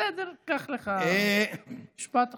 בסדר, קח לך משפט אחרון.